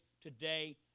today